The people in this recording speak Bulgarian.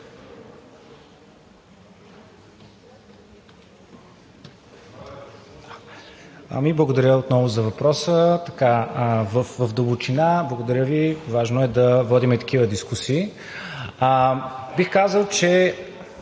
Благодаря отново за въпроса. В дълбочина, благодаря Ви, важно е да водим такива дискусии. Да го